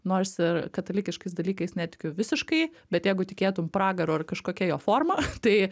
nors ir katalikiškais dalykais netikiu visiškai bet jeigu tikėtum pragaru ar kažkokia jo forma tai